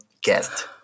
guest